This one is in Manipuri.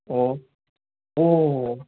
ꯑꯣ ꯑꯣ